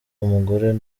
umugore